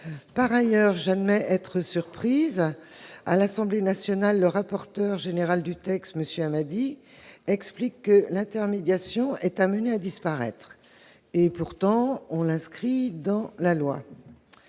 Par ailleurs, j'admets être surprise. À l'Assemblée nationale, le rapporteur du texte, M. Hammadi, explique que l'intermédiation est amenée à disparaître et, pourtant, on l'inscrit dans la loi